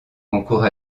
concours